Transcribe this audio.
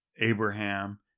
Abraham